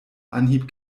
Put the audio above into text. anhieb